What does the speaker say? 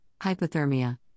hypothermia